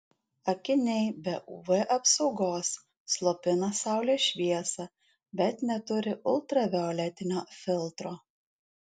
akiniai be uv apsaugos slopina saulės šviesą bet neturi ultravioletinio filtro